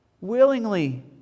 willingly